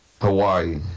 Hawaii